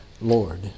Lord